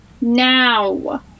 Now